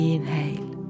Inhale